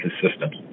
consistent